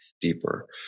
deeper